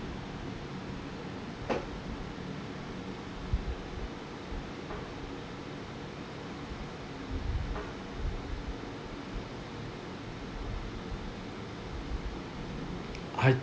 I